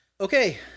okay